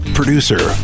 producer